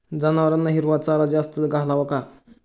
जनावरांना हिरवा चारा जास्त घालावा का?